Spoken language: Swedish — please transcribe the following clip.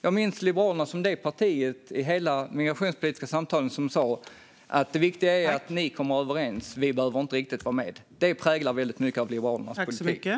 Jag minns Liberalerna som det parti som i de migrationspolitiska samtalen sa: Det viktiga är att ni kommer överens; vi behöver inte vara med. Det präglar väldigt mycket av Liberalernas politik.